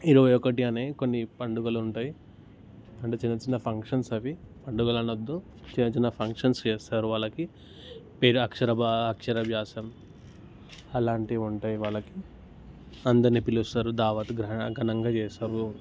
ఇరవై ఒకటి అనే కొన్ని పండుగలు ఉంటాయి అండ్ చిన్న చిన్న ఫంక్షన్స్ అవి పండుగలు అనద్దు చిన్న చిన్న ఫంక్షన్స్ చేస్తారు వాళ్ళకి పేరు అక్షర అక్షరభ్యాసం అలాంటివి ఉంటాయి వాళ్ళకి అందరిని పిలుస్తారు దావత్ ఘ ఘనంగా చేస్తారు